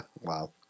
Wow